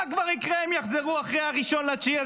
מה כבר יקרה אם יחזרו אחרי 1 בספטמבר?